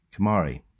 Kamari